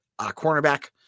cornerback